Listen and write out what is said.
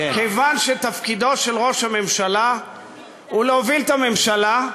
כיוון שתפקידו של ראש הממשלה הוא להוביל את הממשלה,